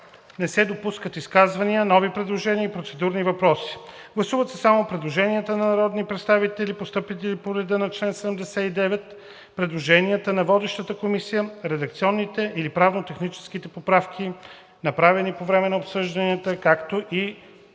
не се допускат изказвания, нови предложения и процедурни въпроси. Гласуват се само предложенията на народни представители, постъпили по реда на чл. 79, предложенията на водещата комисия, редакционните или правно-техническите поправки, направени по време на обсъждането, както и